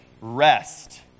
rest